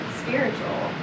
spiritual